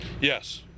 yes